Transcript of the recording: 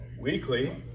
weekly